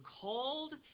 called